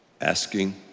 asking